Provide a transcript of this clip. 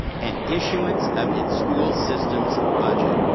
and issuance of its school system's budget.